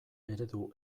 eredu